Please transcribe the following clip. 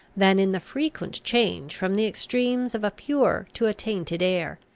than in the frequent change from the extremes of a pure to a tainted air,